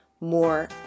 more